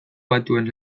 batuen